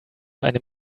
einem